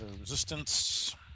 resistance